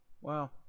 wow